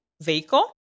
vehicle